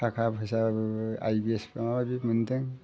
थाखा फैसाबो I B S माबा माबि मोनदों